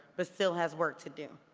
but still has work to do.